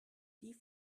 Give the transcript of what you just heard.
die